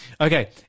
Okay